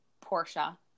Portia